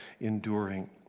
enduring